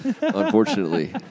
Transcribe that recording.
unfortunately